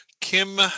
Kim